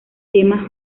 tema